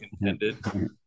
intended